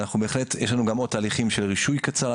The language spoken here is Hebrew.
יש לנו עוד תהליכים של רישוי קצר.